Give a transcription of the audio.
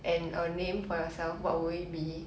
and a name for yourself what would it be